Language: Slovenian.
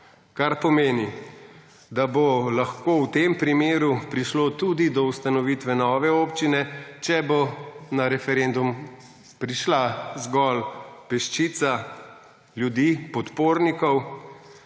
kar pomeni, da bo lahko v tem primeru prišlo tudi do ustanovitve nove občine, če bo na referendum prišla zgolj peščica ljudi – podpornikov,